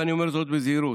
ואני אומר זאת בזהירות,